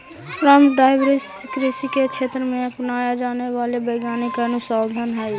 crop diversity कृषि के क्षेत्र में अपनाया जाने वाला वैज्ञानिक अनुसंधान हई